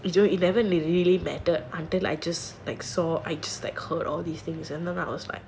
you know eleven really matter until I just like saw I just that heard all these things and then I was like